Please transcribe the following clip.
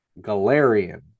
Galarian